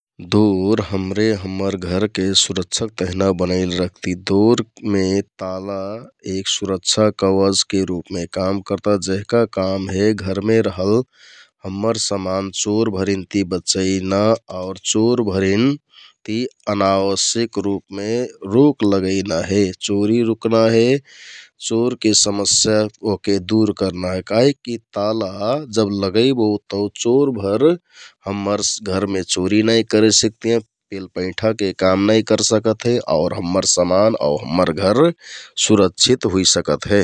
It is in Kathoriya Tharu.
दोर हमरे हम्मर घरके सुरक्षाक तेहना बनैले रेहति । दोरमे ताला एक सुरक्षा कवचके रुपमे काम करता जेहका काम हे घरमे रहल हम्मर समान चोरभरिन ति बचैना आउर चोरभरिनति अनावश्यक रुपमे रोक लगैना हे । चोरि रुकना हे चोरके समस्या ओहके दुर करना हे काहिककि ताला लगैबो तौ चोरभर हम्मर घरमे चोरि नाइ करेसिकतियाँ । पेलपैंठाके काम नाइ करसिकत हैं आउर हम्मर समान आउर हम्मर घर सुरक्षित होइ सकत हे ।